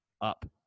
up